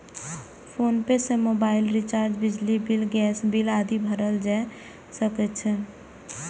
PhonePe सं mobile recharge, बिजली bill, gas bill आदि भरल जा सकै छै